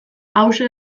hauxe